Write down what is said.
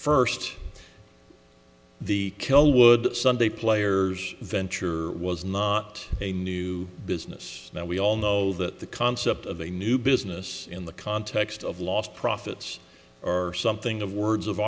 first the kill would sunday players venture was not a new business now we all know that the concept of a new business in the context of lost profits or something of words of